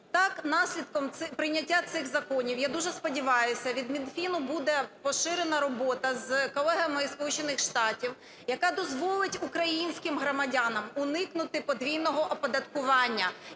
Так, наслідком прийняття цих законів, я дуже сподіваюсь, від Мінфіну буде поширена робота з колегами із Сполучених Штатів, яка дозволить українським громадянам уникнути подвійного оподаткування.